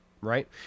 Right